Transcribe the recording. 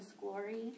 glory